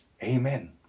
Amen